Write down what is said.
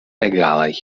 egalaj